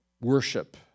Worship